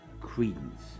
credence